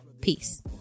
Peace